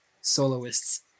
soloists